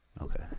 Okay